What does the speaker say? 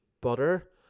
butter